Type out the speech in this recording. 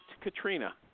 Katrina